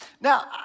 Now